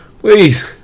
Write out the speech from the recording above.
Please